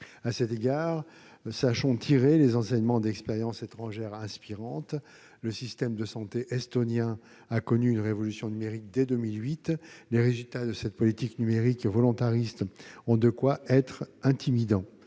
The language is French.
À cet égard, sachons tirer les enseignements d'expériences étrangères inspirantes. Le système de santé estonien a connu une révolution numérique dès 2008. Les résultats de cette politique numérique volontariste ont de quoi intimider